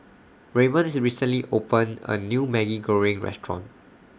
Raymon's recently opened A New Maggi Goreng Restaurant